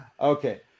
Okay